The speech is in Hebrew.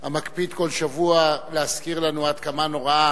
המקפיד כל שבוע להזכיר לנו עד כמה נוראה